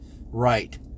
right